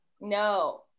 No